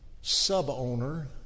sub-owner